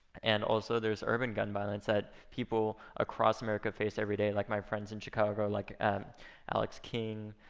and also, there's urban gun violence that people across america face every day, like my friends in chicago, like alex king,